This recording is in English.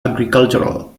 agricultural